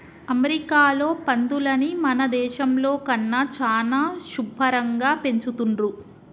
అమెరికాలో పందులని మన దేశంలో కన్నా చానా శుభ్భరంగా పెంచుతున్రు